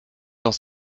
dans